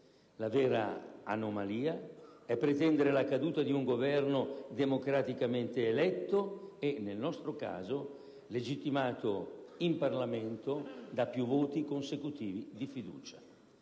La vera anomalia è pretendere la caduta di un Governo democraticamente eletto e, nel nostro caso, legittimato in Parlamento da più voti consecutivi di fiducia.